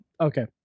Okay